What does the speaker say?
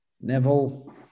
Neville